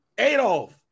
Adolf